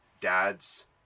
dads